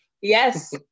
Yes